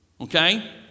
Okay